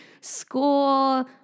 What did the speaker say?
school